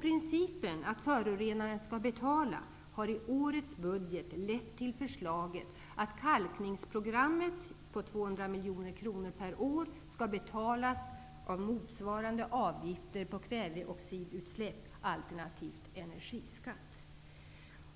Principen att ''förorenaren skall betala'' har i årets budget lett till förslaget att kalkningsprogrammet på 200 miljoner kronor per år skall betalas av motsvarande avgifter på kväveoxidutsläpp, alternativt energiskatt.